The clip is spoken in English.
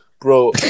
bro